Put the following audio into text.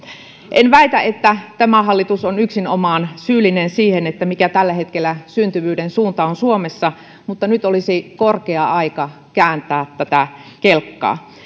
en väitä että tämä hallitus on yksinomaan syyllinen siihen mikä tällä hetkellä syntyvyyden suunta on suomessa mutta nyt olisi korkea aika kääntää tätä kelkkaa